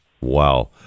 wow